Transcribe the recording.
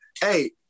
Hey